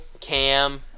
Cam